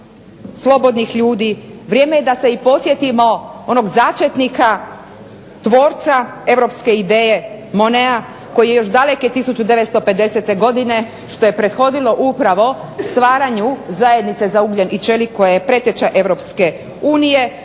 slobodnih ljudi, vrijeme je da se podsjetimo onog začetnika, tvorca Europske ideje Moneta koji je još daleke 1950. godine što je prethodilo upravo zajednice za ugljen i čelik koja je preteča Europske unije